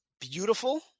beautiful